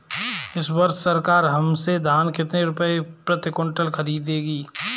इस वर्ष सरकार हमसे धान कितने रुपए प्रति क्विंटल खरीदेगी?